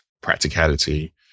practicality